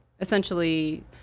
essentially